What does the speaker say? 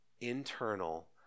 internal